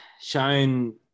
shown